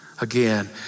again